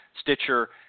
Stitcher